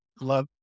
Love